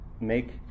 make